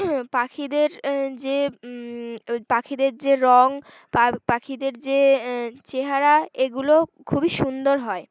পাখিদের যে পাখিদের যে রঙ পা পাখিদের যে চেহারা এগুলো খুবই সুন্দর হয়